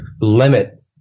limit